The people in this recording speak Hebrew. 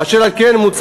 אשר על כן,